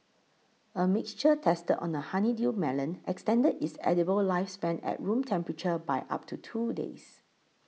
a mixture tested on a honeydew melon extended its edible lifespan at room temperature by up to two days